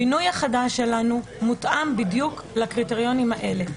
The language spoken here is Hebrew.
הבינוי החדש שלנו מותאם בדיוק לקריטריונים האלה,